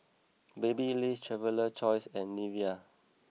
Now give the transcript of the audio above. Babyliss Traveler's Choice and Nivea